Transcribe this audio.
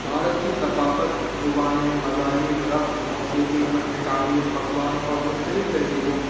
بھارت کی ثقافت زبانیں مذاہب رقص موسیقی فن تعمیر پکوان اور مختلف تہذیبوں